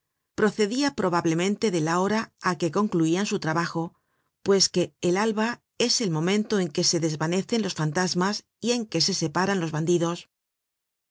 procedia probablemente de la hora á que concluian su trabajo pues que el alba es el momento en que se desvanecen los fantasmas y en que se separan los bandidos